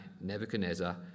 Nebuchadnezzar